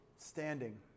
Standing